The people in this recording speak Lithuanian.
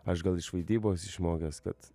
aš gal iš vaidybos išmokęs kad